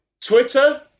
Twitter